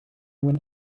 went